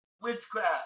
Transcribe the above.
witchcraft